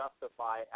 justify